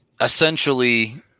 essentially